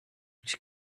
she